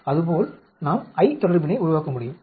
அது போல நாம் I தொடர்பினை உருவாக்க முடியும்